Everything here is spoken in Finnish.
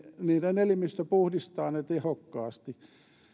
niiden elimistö puhdistaa ne tehokkaasti